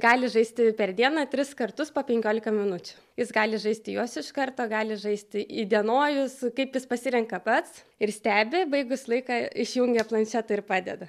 gali žaisti per dieną tris kartus po penkiolika minučių jis gali žaisti juos iš karto gali žaisti įdienojus kaip jis pasirenka pats ir stebi baigus laiką išjungia planšetę ir padeda